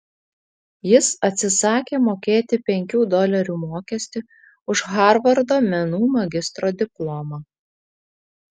jis atsisakė mokėti penkių dolerių mokestį už harvardo menų magistro diplomą